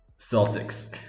celtics